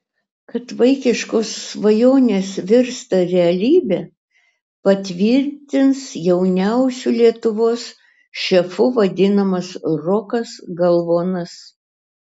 kad vaikiškos svajonės virsta realybe patvirtins jauniausiu lietuvos šefu vadinamas rokas galvonas